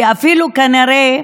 כי כנראה